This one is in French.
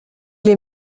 les